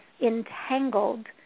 entangled